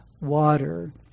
water